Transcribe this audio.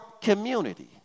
community